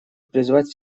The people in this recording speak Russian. призвать